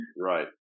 Right